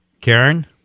Karen